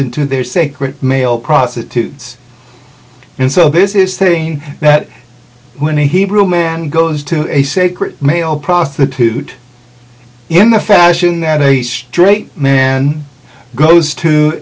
into their sacred male prostitutes and so this is thing that when he grew man goes to a sacred male prostitute in the fashion that a straight man goes to